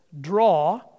draw